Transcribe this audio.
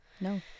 No